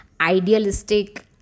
idealistic